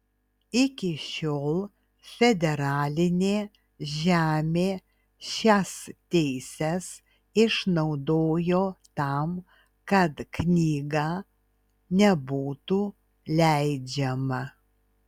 iki šiol federalinė žemė šias teises išnaudojo tam kad knyga nebūtų leidžiama